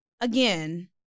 again